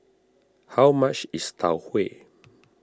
how much is Tau Huay